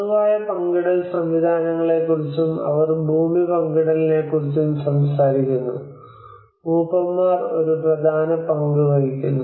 പൊതുവായ പങ്കിടൽ സംവിധാനങ്ങളെക്കുറിച്ചും അവർ ഭൂമി പങ്കിടലിനെക്കുറിച്ചും സംസാരിക്കുന്നു മൂപ്പന്മാർ ഒരു പ്രധാന പങ്ക് വഹിക്കുന്നു